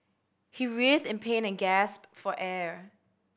he writhed in pain and gasped for air